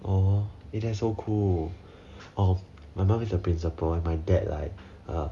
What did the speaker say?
oh that's so cool oh my mom is a principal and my dad like uh